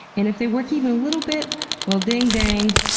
and if they work even a little bit well, dingdang,